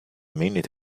minute